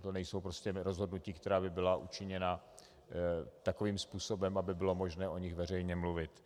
To nejsou prostě rozhodnutí, která by byla učiněna takovým způsobem, aby bylo možné o nich veřejně mluvit.